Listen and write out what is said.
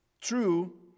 true